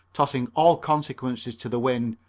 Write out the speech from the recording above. tossing all consequences to the wind,